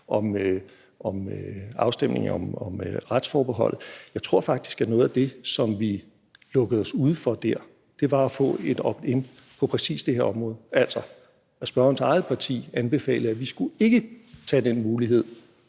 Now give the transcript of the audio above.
om afstemningen om retsforbeholdet – men jeg tror faktisk, at noget af det, som vi er noget af det, som vi lukkede os ude fra der, var at få et opt in på præcis det her område. Altså at spørgerens eget parti anbefalede, at vi ikke skulle tage den mulighed